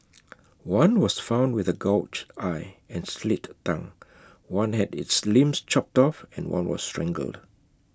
one was found with A gouged eye and slit tongue one had its limbs chopped off and one was strangled